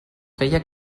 feia